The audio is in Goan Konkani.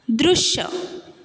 दृश्य